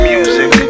Music